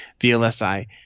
vlsi